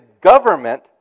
government